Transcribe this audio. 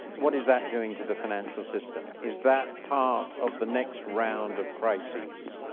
what is that doing to the financial system? is that part of the next round of crises?